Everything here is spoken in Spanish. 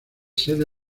sede